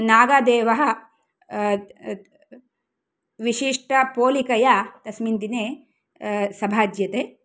नागदेवः विशिष्टपोलिकया तस्मिन् दिने सभाज्यते